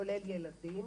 כולל ילדים.